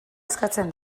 eskatzen